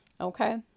okay